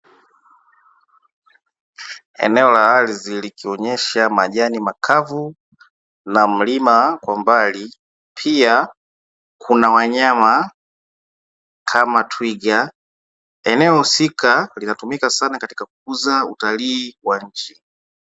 Eneo la ardhi likionesha majani makavu na mlima kwa mbali, pia kuna wanyama kama twiga. Eneo husika linatumika sana katika kukuza utalii wa nchi.